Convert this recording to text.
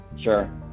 sure